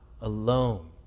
alone